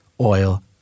oil